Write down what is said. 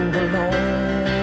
alone